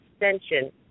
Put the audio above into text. extension